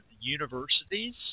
universities